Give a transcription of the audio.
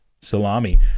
salami